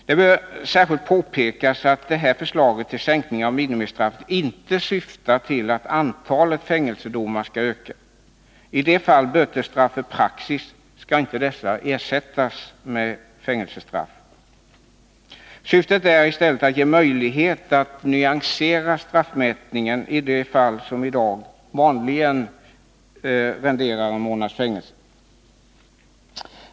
Det bör särskilt påpekas att det här förslaget till sänkning av minimistraffet inte syftar till att antalet fängelsedomar skall öka. I de fall bötesstraff är praxis skall dessa inte ersättas med fängelsestraff. Syftet är i stället att ge möjlighet att nyansera straffmätningen i de fall som i dag vanligen renderar en månads fängelse.